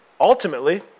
Ultimately